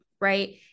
Right